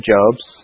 Job's